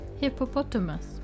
Hippopotamus